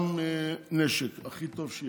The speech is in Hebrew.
גם בנשק הכי טוב שיש,